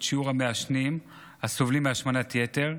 שיעור המעשנים והסובלים מהשמנת יתר,